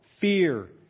fear